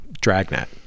Dragnet